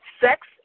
sex